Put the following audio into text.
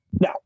now